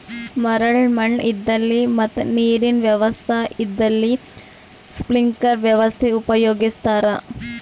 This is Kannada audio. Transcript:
ಮರಳ್ ಮಣ್ಣ್ ಇದ್ದಲ್ಲಿ ಮತ್ ನೀರಿನ್ ವ್ಯವಸ್ತಾ ಕಮ್ಮಿ ಇದ್ದಲ್ಲಿ ಸ್ಪ್ರಿಂಕ್ಲರ್ ವ್ಯವಸ್ಥೆ ಉಪಯೋಗಿಸ್ತಾರಾ